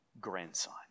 grandson